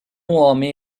homem